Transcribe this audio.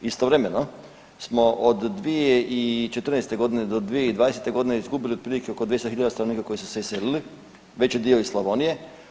Istovremeno smo od 2014. godine do 2020. godine izgubili otprilike oko … [[ne razumije se]] stanovnika koji su se iselili, veći dio iz Slavonije.